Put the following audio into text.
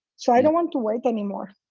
so i don't want to work anymore.